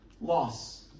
loss